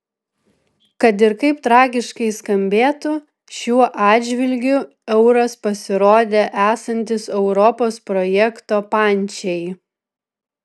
kad ir kaip tragiškai skambėtų šiuo atžvilgiu euras pasirodė esantis europos projekto pančiai